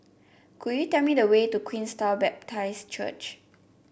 could you tell me the way to Queenstown Baptist Church